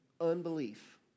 Unbelief